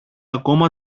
ακόμα